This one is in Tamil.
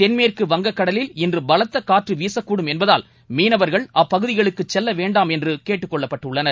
தென்மேற்கு வங்கக் கடலில் இன்று பலத்த காற்று வீசக்கூடும் என்பதால் மீளவர்கள் அப்பகுதிகளுக்கு செல்ல வேண்டாம் என்று கேட்டுக் கொள்ளப்பட்டுள்ளனர்